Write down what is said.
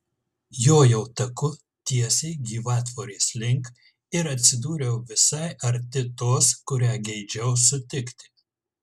jojau taku tiesiai gyvatvorės link ir atsidūriau visai arti tos kurią geidžiau sutikti